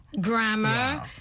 Grammar